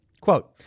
quote